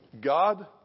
God